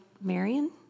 Marion